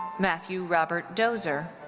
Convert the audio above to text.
matthew robert dozer.